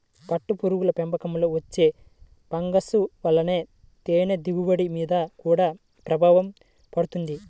పట్టుపురుగుల పెంపకంలో వచ్చే ఫంగస్ల వలన తేనె దిగుబడి మీద గూడా ప్రభావం పడుతుంది